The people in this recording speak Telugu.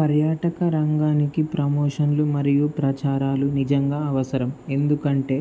పర్యాటక రంగానికి ప్రమోషన్లు మరియు ప్రచారాలు నిజంగా అవసరం ఎందుకంటే